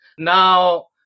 now